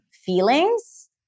feelings